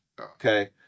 okay